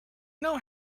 know